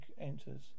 enters